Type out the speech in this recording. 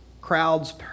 crowds